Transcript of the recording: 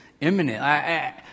imminent